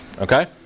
Okay